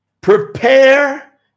prepare